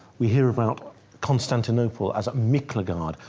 we hear about constantinople as miklagaard,